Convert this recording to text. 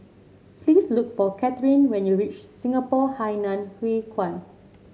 please look for Kathryn when you reach Singapore Hainan Hwee Kuan